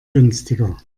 günstiger